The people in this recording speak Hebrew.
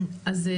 תודה.